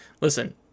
Listen